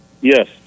Yes